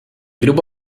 grupo